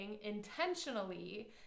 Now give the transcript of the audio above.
intentionally